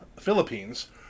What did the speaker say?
Philippines